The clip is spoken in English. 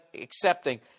accepting